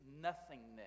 nothingness